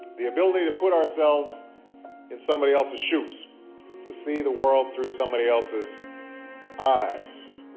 the ability to put ourselves in somebody else's shoes, to see the world through somebody else's eyes.